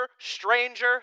stranger